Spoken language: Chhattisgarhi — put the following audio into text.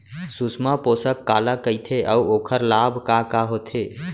सुषमा पोसक काला कइथे अऊ ओखर लाभ का का होथे?